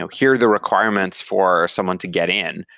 here are the requirements for someone to get in.